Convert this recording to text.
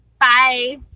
Bye